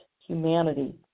humanity